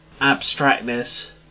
Abstractness